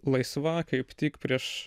laisva kaip tik prieš